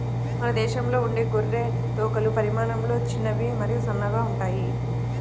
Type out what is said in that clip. మన దేశంలో ఉండే గొర్రె తోకలు పరిమాణంలో చిన్నవి మరియు సన్నగా ఉంటాయి